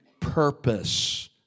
purpose